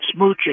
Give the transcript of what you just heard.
smooching